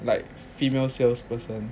like female salesperson